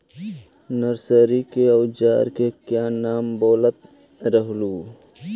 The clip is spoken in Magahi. नरसरी के ओजार के क्या नाम बोलत रहलू?